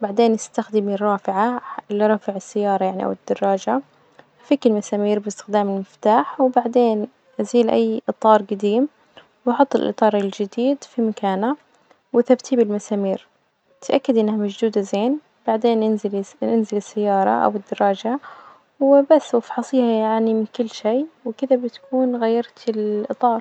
بعدين إستخدمي الرافعة حت- لرفع السيارة يعني أو الدراجة، فكي المسامير بإستخدام المفتاح، وبعدين زيل أي إطار جديم وأحط الإطار الجديد في مكانه وثبتيه بالمسامير، تأكدي إنها مشدودة زين، بعدين إنزلي- إنزلي السيارة أو بالدراجة وبس، وإفحصيها يعني من كل شي، وكذا بتكون غيرتي الإطار.